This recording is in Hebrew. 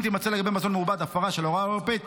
אם תימצא לגבי מזון מעובד הפרה של ההוראה האירופאית